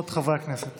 נגיף הקורונה החדש)